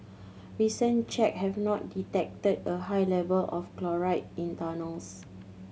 recent check have not detected a high level of chloride in tunnels